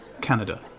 Canada